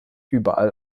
überall